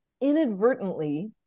inadvertently